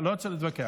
אני לא רוצה להתווכח.